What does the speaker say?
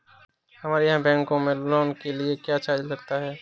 हमारे यहाँ बैंकों में लोन के लिए क्या चार्ज लगता है?